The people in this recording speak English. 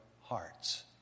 hearts